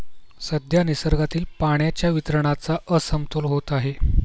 सध्या निसर्गातील पाण्याच्या वितरणाचा असमतोल होत आहे